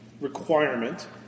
requirement